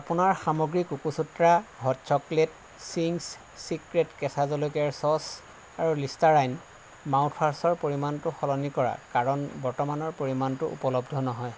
আপোনাৰ সামগ্ৰী Cocosutra hot chocolate Ching's secret কেঁচা জলকীয়াৰ ছচ আৰু লিষ্টাৰাইন মাউথৱাছৰ পৰিমাণটো সলনি কৰা কাৰণ বৰ্তমানৰ পৰিমাণটো উপলব্ধ নহয়